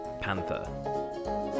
Panther